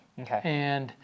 Okay